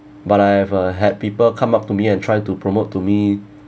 but I have a had people come up to me and try to promote to me